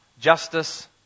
Justice